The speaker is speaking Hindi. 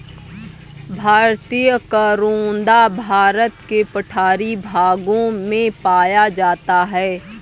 भारतीय करोंदा भारत के पठारी भागों में पाया जाता है